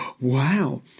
wow